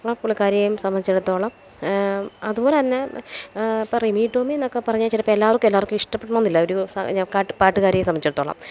ആ പുള്ളിക്കാരിയേയും സംബന്ധിച്ചിടത്തോളം അതുപോലെ തന്നെ ഇപ്പോൾ റിമി ടോമി എന്നൊക്കെ പറഞ്ഞാൽ ചിലപ്പോൾ എല്ലാവർക്കും എല്ലാവർക്കും ഇഷ്ടപ്പെടണം എന്നില്ല ഒരു പാട്ടുകാരിയെ സംബന്ധിച്ചിടത്തോളം